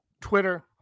Twitter